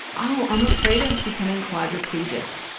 oh, i'm afraid of becoming quadriplegic.